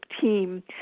team